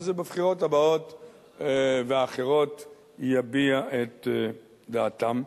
אז בבחירות הבאות ואחרות יביע את דעתו.